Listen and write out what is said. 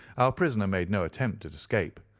our prisoner made no attempt at escape,